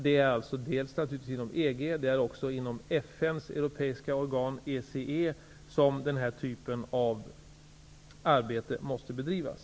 Det är inom EG och även inom FN:s europeiska organ, ECE, som den här typen av arbete måste bedrivas.